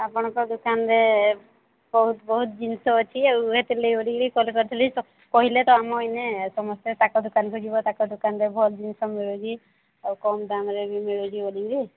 ଆପଣଙ୍କ ଦୋକାନରେ ବହୁତ ବହୁତ ଜିନିଷ ଅଛି ଆଉ ସେଥିର ଲାଗି ବୋଲିକିରି କଲ୍ କରିଥିଲି କହିଲେ ତ ଆମ ଏଇନେ ସମସ୍ତେ ତାଙ୍କ ଦୋକାନକୁ ଯିବ ତାଙ୍କ ଦୋକାନରେ ଭଲ ଜିନିଷ ମିଳୁଛି ଆଉ କମ୍ ଦାମ୍ରେ ବି ମିଳୁଛି ବୋଲିକିରି